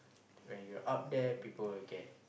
when you're up there people will get